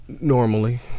Normally